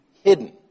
hidden